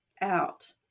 out